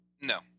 no